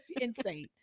insane